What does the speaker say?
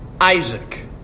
Isaac